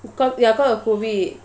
because ya cause of COVID